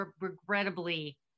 regrettably